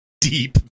deep